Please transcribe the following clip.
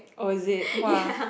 oh is it !wah!